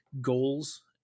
goals